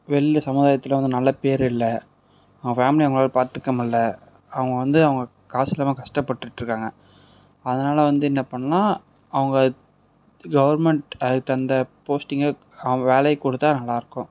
வெளில சமுதாயத்தில் வந்து நல்ல பேர் இல்லை அவன் ஃபேமிலி அவங்களால பார்த்துக்க முடியலை அவங்க வந்து அவங்க காசு இல்லாமல் கஷ்டப்பட்டுட்டிருக்காங்க அதனால வந்து என்ன பண்ணலாம் அவங்க கவர்மெண்ட் அதுக்கு தகுந்த போஸ்டிங்க அவங்க வேலை கொடுத்தா நல்லாயிருக்கும்